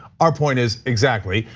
our point is exactly.